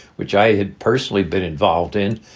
which i had personally been involved in,